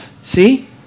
see